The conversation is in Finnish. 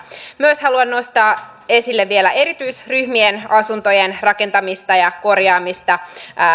myös haluan nostaa esille vielä erityisryhmien asuntojen rakentamista ja korjaamista